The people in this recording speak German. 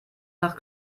nach